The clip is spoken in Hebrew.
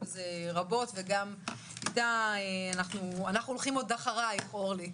בזה רבות אנחנו הולכים אחרייך אורלי,